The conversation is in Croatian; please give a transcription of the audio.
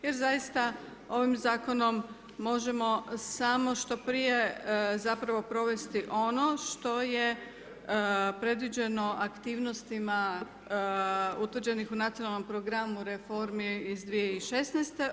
Jer zaista, ovim zakonom možemo samo što prije zapravo provesti ono što je predviđeno aktivnostima utvrđenih u nacionalnom programu reformi iz 2016.